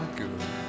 good